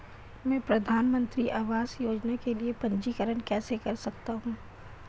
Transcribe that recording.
मैं प्रधानमंत्री आवास योजना के लिए पंजीकरण कैसे कर सकता हूं?